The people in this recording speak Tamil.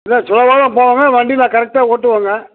இல்லை ஸ்லோவாக தான் போவேங்க வண்டி நான் கரெக்டாக ஓட்டுவேங்க